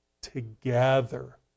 together